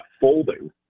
folding